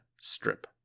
strip